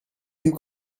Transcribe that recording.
you